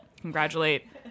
congratulate